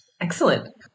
Excellent